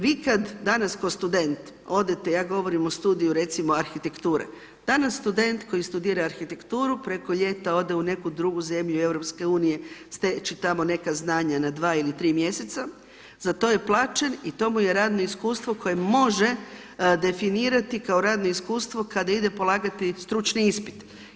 Vi kada danas kao student odete, ja govorim o studiju recimo arhitekture, danas student koji studira arhitekturu preko ljeta ode u neku drugu zemlju Europske unije steći tamo neka znanja na dva ili tri mjeseca, za to je plaćen i to mu je radno iskustvo koje može definirati kao radno iskustvo kada ide polagati stručni ispit.